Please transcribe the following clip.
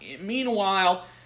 Meanwhile